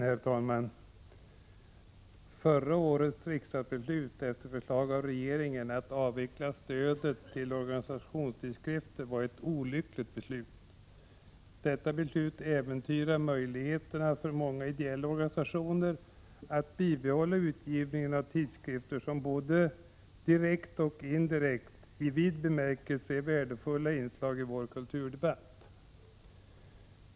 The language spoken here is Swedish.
Herr talman! Förra årets riksdagsbeslut — efter förslag av regeringen — att avveckla stödet till organisationstidskrifter var ett olyckligt beslut. Detta beslut äventyrar möjligheterna för många ideella organisationer att bibehålla utgivningen av tidskrifter som både direkt och indirekt i vid bemärkelse är värdefulla inslag i vår kulturdebatt.